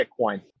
Bitcoin